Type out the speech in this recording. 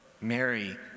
Mary